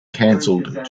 cancelled